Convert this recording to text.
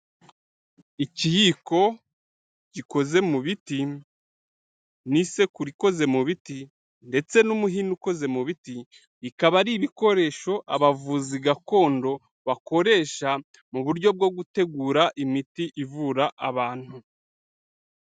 Ikiyiko gikoze mu biti, n'isekuru ikoze mu biti, ndetse n'umuhini ukoze mu biti, ikaba ari ibikoresho abavuzi gakondo bakoresha mu buryo bwo gutegura imiti ivura abantu.